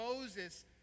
Moses